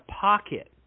pocket